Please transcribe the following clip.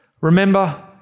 Remember